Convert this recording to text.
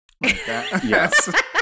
Yes